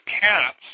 cats